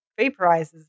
vaporizes